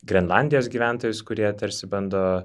grenlandijos gyventojus kurie tarsi bando